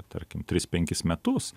tarkim tris penkis metus